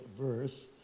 verse